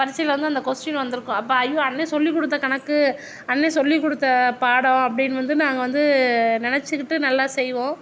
பரீட்சையில வந்து அந்த கொஸ்டின் வந்துயிருக்கும் அப்போ ஐயா அண்ணேன் சொல்லிக் கொடுத்த கணக்கு அண்ணேன் சொல்லிக்கொடுத்த பாடம் அப்படின்னு வந்து நாங்கள் வந்து நினச்சுக்கிட்டு நல்லா செய்வோம்